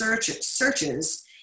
searches